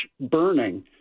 burning